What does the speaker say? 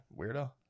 weirdo